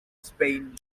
spain